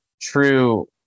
true